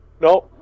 no